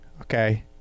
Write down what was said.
okay